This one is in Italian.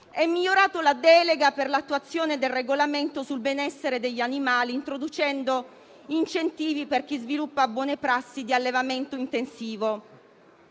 e migliorato la delega per l'attuazione del regolamento relativo al benessere degli animali, introducendo incentivi per chi sviluppa buone prassi di allevamento intensivo.